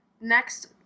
next